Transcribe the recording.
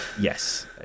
Yes